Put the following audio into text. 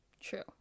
True